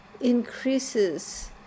increases